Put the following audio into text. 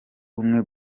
umwe